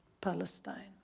Palestine